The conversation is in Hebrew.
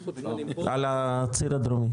על הציר הדרומי.